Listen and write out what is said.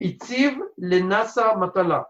‫הציב לנאסר מטלה.